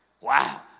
wow